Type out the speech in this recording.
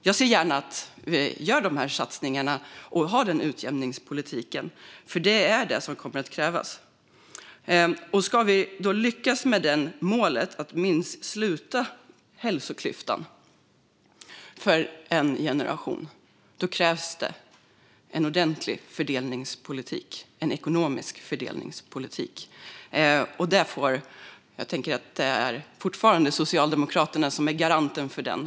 Jag ser gärna att vi gör de här satsningarna och har den här utjämningspolitiken, för det är det som kommer att krävas. Ska vi lyckas nå målet att sluta hälsoklyftan inom en generation krävs det en ordentlig fördelningspolitik, en ekonomisk fördelningspolitik. Jag tänker att det fortfarande är Socialdemokraterna som är garanten för den.